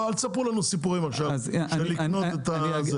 אל תספרו לנו עכשיו סיפורים של לקנות את המסמכים.